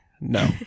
No